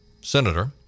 Senator